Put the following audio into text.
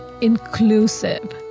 inclusive